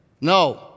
No